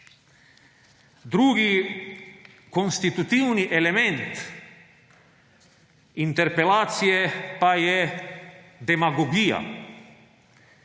Drugi konstitutivni element interpelacije pa je demagogija,